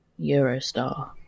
Eurostar